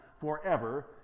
forever